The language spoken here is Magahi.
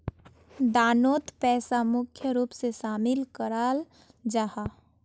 दानोत पैसा मुख्य रूप से शामिल कराल जाहा